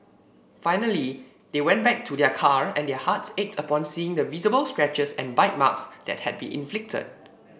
finally they went back to their car and their hearts ached upon seeing the visible scratches and bite marks that had been inflicted